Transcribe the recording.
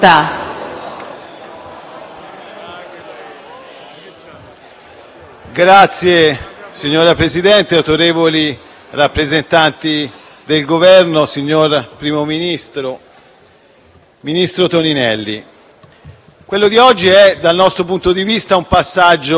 *(PD)*. Signor Presidente, onorevoli rappresentanti del Governo, signor Primo Ministro, ministro Toninelli, quello di oggi, dal nostro punto di vista, è un passaggio delicato e importante.